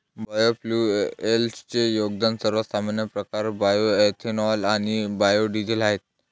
बायोफ्युएल्सचे दोन सर्वात सामान्य प्रकार बायोएथेनॉल आणि बायो डीझेल आहेत